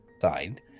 side